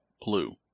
blue